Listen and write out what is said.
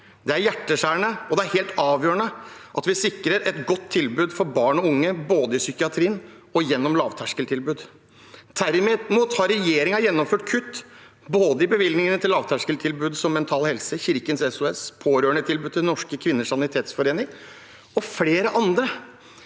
Det er hjerteskjærende, og det er helt avgjørende at vi sikrer et godt tilbud for barn og unge, både i psykiatrien og gjennom lavterskeltilbud. Derimot har regjeringen gjennomført kutt, i bevilgningene til både lavterskeltilbud som Mental Helse, Kirkens SOS, pårørendetilbudet til Norske Kvinners Sanitetsforening og flere andre.